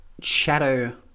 shadow